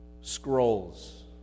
scrolls